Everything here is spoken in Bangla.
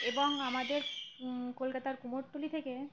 এবং আমাদের কলকাতার কুমোরটুলি থেকে